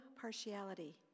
partiality